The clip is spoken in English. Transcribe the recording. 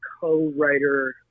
co-writer